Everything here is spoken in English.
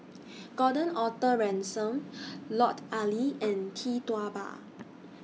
Gordon Arthur Ransome Lut Ali and Tee Tua Ba